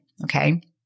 Okay